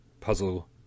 puzzle